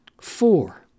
four